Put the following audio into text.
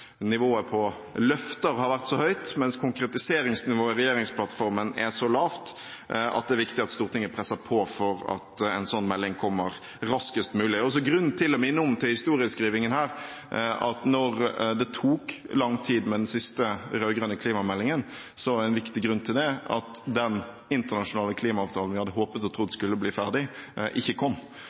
nivået på løfter har vært så høyt, mens konkretiseringsnivået i regjeringsplattformen er så lavt at det er viktig at Stortinget presser på for at en sånn melding kommer raskest mulig. Det er også grunn til å minne om – til historieskrivingen her – at når det tok lang tid med den siste rød-grønne klimameldingen, var en viktig grunn til det at den internasjonale klimaavtalen vi hadde håpet og trodd skulle bli ferdig, ikke kom.